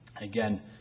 Again